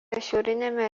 šiauriniame